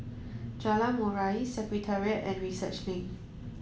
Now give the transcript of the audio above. Jalan Murai Secretariat and Research Link